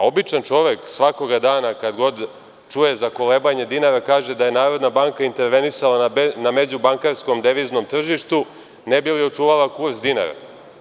Običan čovek svakoga dana, kad god čuje za kolebanje dinara, kaže da je Narodna banka intervenisala na međubankarskom deviznom tržištu ne bi li očuvala kurs dinara.